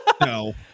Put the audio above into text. No